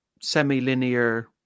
semi-linear